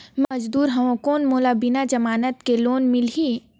मे मजदूर हवं कौन मोला बिना जमानत के लोन मिलही?